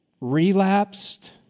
relapsed